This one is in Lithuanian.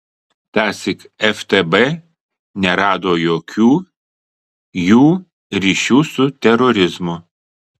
tąsyk ftb nerado jokių jų ryšių su terorizmu